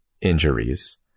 injuries